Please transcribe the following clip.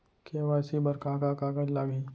KYC बर का का कागज लागही?